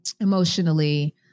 emotionally